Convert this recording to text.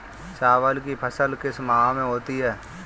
चावल की फसल किस माह में होती है?